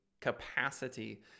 capacity